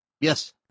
Yes